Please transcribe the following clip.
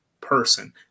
person